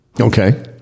Okay